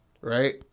right